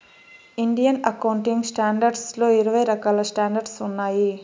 Indian accounting standards లో ఇరవై రకాల స్టాండర్డ్స్ ఉన్నాయి